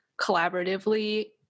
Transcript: collaboratively